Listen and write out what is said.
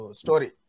story